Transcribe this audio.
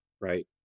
Right